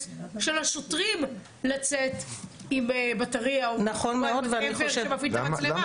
של השוטרים לצאת עם בטרייה או מה שמפעיל את המצלמה.